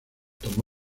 tomó